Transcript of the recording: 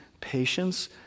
patience